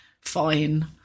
fine